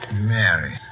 Mary